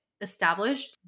established